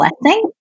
blessing